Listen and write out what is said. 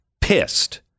pissed